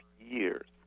years